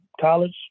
college